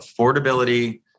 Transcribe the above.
affordability